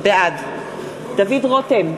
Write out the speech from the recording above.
בעד דוד רותם,